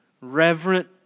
reverent